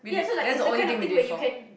that's the only thing we did before